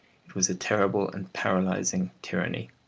it was a terrible and paralysing tyranny.